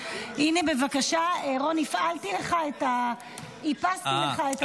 הינה, בבקשה, רון, הפעלתי, איפסתי לך את הטיימר.